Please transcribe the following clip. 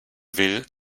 will